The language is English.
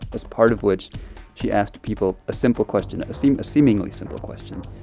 as part of which she asked people a simple question that seemed a seemingly simple question,